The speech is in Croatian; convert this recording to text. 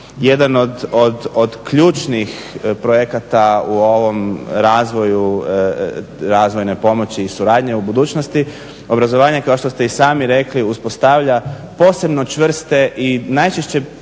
jedan od ključnih projekata u ovom razvoju razvojne pomoći i suradnje u budućnosti. Obrazovanje kao što ste i sami rekli uspostavlja posebno čvrste i najčešće